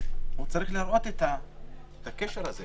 היא צריכה להראות את הקשר הזה.